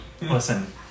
Listen